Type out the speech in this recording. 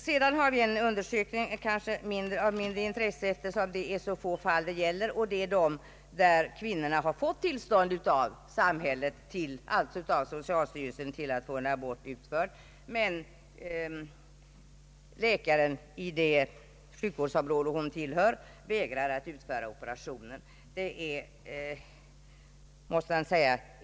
Vidare har vi en undersökning av kanske mindre intresse, eftersom det gäller få fall, d. v. s. de fall, då kvinnorna fått tillstånd av socialstyrelsen att få en abort utförd men läkaren i sjukvårdsområdet vägrat att utföra operationen.